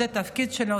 זה התפקיד שלו,